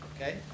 okay